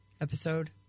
episode